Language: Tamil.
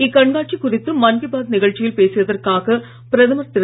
இக்கண்காட்சி குறித்து மன் கீ பாத் நிகழ்ச்சியில் பேசியதற்காக பிரதமர் திரு